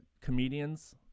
comedians